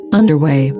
underway